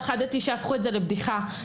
פחדתי שיהפכו את זה לבדיחה.